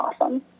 awesome